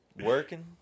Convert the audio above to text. working